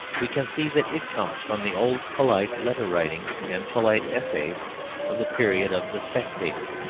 we can see that it comes from the old polite letter-writing and polite essays of the period of the spectator.